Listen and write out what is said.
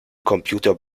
computer